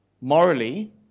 Morally